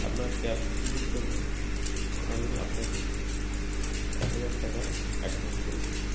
আপনার ক্যাব বুকিংয়ের জন্য আমি আপনাকে এক হাজার টাকা অ্যাডভান্স করেছিলাম